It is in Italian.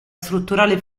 strutturale